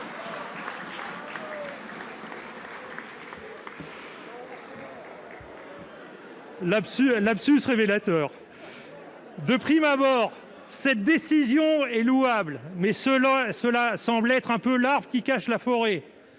lapsus révélateur. De prime abord, cette décision est louable mais selon cela semblait être un peu l'arbre qui cache la forêt,